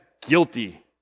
guilty